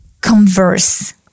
converse